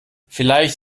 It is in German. vielleicht